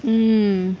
mm